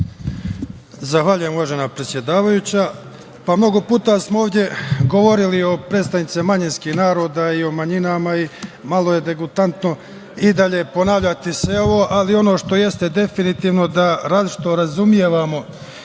Zahvaljujem, uvažena predsedavajuća. Mnogo puta smo ovde govorili o predstavnicima manjinskih naroda i o manjinama i malo je degutantno i dalje ponavljati sve ovo, ali ono što jeste definitivno da različito razumevamo